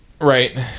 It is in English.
Right